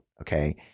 okay